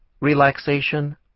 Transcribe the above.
relaxation